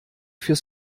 fürs